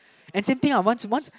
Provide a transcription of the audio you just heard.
and same thing lah once once